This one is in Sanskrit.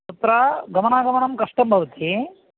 तत्र गमानागमनं कष्टं भवति